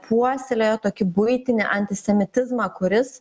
puoselėjo tokį buitinį antisemitizmą kuris